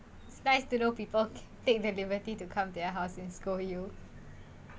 it's nice to know people take the liberty to come their house and scold you